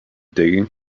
digging